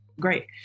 Great